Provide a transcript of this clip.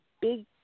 big